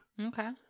Okay